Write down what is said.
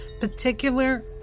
particular